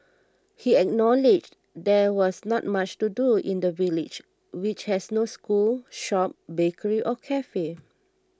he acknowledged there was not much to do in the village which has no school shop bakery or cafe